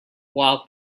while